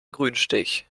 grünstich